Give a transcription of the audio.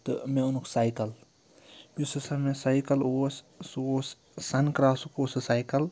تہٕ مےٚ اوٚنُکھ سایکَل یُس ہَسا مےٚ سایکَل اوس سُہ اوس سَن کرٛاسُک اوس سُہ سایکَل